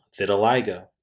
vitiligo